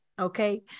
Okay